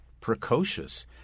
precocious